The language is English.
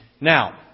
Now